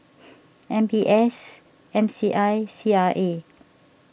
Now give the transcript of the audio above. M B S M C I C R A